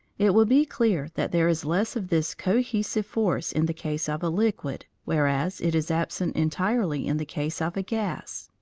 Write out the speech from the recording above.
it will be clear that there is less of this cohesive force in the case of a liquid, whereas it is absent entirely in the case of a gas.